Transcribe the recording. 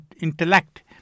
intellect